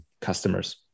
customers